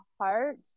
heart